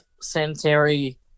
sanitary